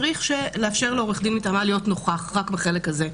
צריך לאפשר לעורך דין מטעמה להיות נוכח רק בחלק הזה.